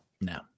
No